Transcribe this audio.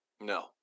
No